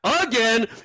again